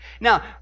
Now